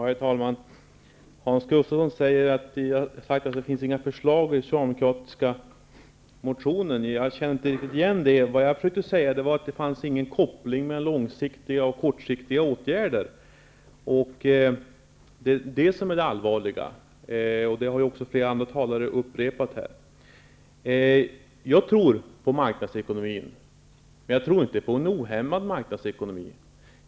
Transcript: Herr talman! Hans Gustafsson säger att jag har sagt att det inte finns några förslag i den socialdemokratiska motionen. Jag känner inte igen det. Vad jag försökte säga var att det inte finns någon koppling mellan långsiktiga och kortsiktiga åtgärder. Det är det som är det allvarliga. Det har också flera andra talare här sagt. Jag tror på marknadsekonomin, men jag tror inte på en ohämmad marknadsekonomi.